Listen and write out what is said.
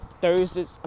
Thursdays